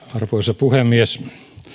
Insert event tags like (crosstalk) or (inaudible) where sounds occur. (unintelligible) arvoisa puhemies